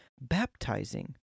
baptizing